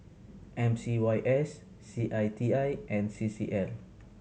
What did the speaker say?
M C Y S C I T I and C C L